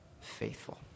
faithful